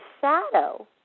shadow